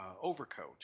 overcoat